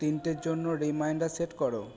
তিনটের জন্য reminder set করো